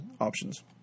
options